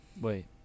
Wait